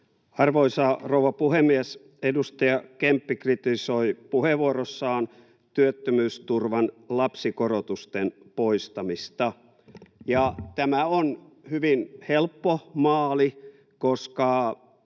Arvoisa rouva puhemies! Edustaja Kemppi kritisoi puheenvuorossaan työttömyysturvan lapsikorotusten poistamista. Tämä on hyvin helppo maali, koska